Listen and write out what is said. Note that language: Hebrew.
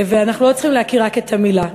ואנחנו לא צריכים להכיר רק את המילה,